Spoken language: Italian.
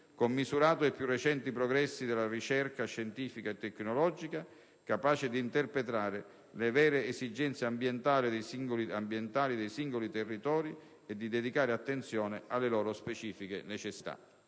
commisurato ai più recenti progressi della ricerca scientifica e tecnologica, capace di interpretare le vere esigenze ambientali dei singoli territori e di dedicare attenzione alle loro specifiche necessità.